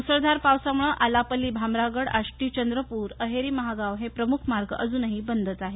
म्सळधार पावसामुळे आलापल्ली भामरागड आष्टी चंद्रप्र अहेरी महागाव हे प्रमुख मार्ग अजूनही बंदच आहेत